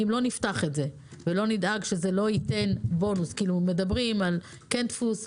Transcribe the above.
אם לא נפתח את זה ולא נדאג שזה לא ייתן בונוס כי מדברים על כן דפוס,